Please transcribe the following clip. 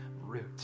root